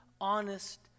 honest